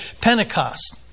Pentecost